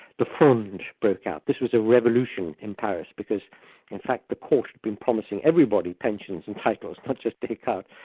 the fronde broke out. this was a revolution in paris, because in fact the court had been promising everybody pensions and titles, not just descartes,